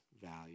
value